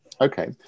Okay